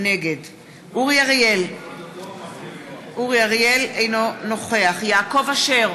נגד אורי אריאל, אינו נוכח יעקב אשר,